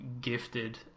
gifted